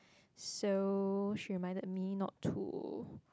so she reminded me not to